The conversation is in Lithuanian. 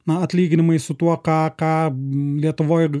na atlyginimai su tuo ką ą lietuvoj